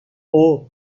اوه